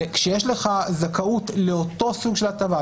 וכשיש לך זכאות לאותו סוג של הטבה,